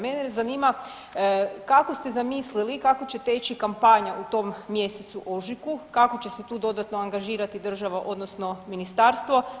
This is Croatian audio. Mene zanima kako ste zamislili, kako će teći kampanja u tom mjesecu ožujku, kako će se tu dodatno angažirati država odnosno ministarstvo.